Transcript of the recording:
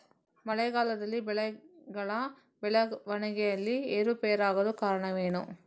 ಮಳೆಗಾಲದಲ್ಲಿ ಬೆಳೆಗಳ ಬೆಳವಣಿಗೆಯಲ್ಲಿ ಏರುಪೇರಾಗಲು ಕಾರಣವೇನು?